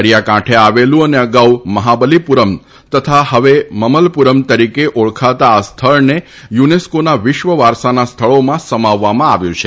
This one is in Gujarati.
દરીયાકાંઠે આવેલુ અને અગાઉ મહાબલીપુરમ તથા હવે મમલપુરમ તરીકે ઓળખાતા આ સ્થળને યુનેસ્કોના વિશ્વ વારસાના સ્થળોમાં સમાવવામાં આવ્યું છે